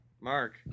Mark